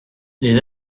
les